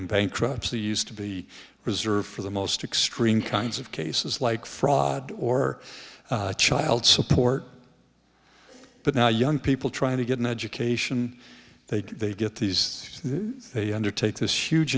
billing bankruptcy used to be reserved for the most extreme kinds of cases like fraud or child support but now young people trying to get an education they do they get these they undertake this huge